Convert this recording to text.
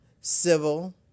civil